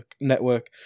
network